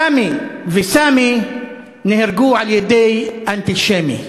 סאמי וסאמי נהרגו על-ידי אנטישמי.